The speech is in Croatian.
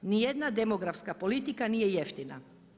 Ni jedna demografska politika nije jeftina.